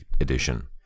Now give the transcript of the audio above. Edition